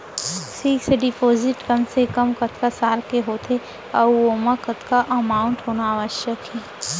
Fix deposit कम से कम कतका साल के होथे ऊ ओमा कतका अमाउंट होना आवश्यक हे?